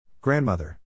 Grandmother